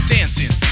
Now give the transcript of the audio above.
Dancing